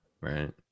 right